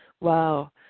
wow